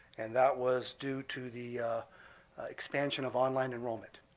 and that was due to the expansion of online enrollment.